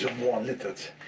illiterate.